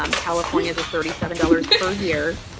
um california's is thirty seven dollars per year.